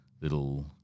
little